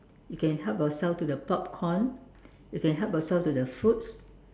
you can help yourself to the popcorn you can help yourself to the fruits